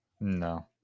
No